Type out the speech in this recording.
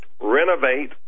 renovate